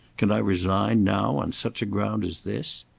can i resign now on such a ground as this?